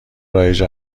رایج